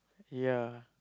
ya